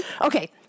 Okay